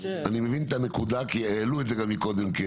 אני מבין את הנקודה כי העלו את זה גם מקודם.